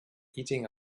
eating